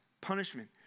punishment